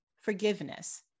forgiveness